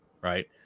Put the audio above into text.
right